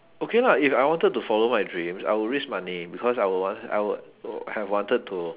okay lah if I wanted to follow my dreams I'll risk money because I would want I would have wanted to